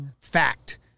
fact